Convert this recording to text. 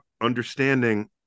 understanding